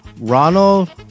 Ronald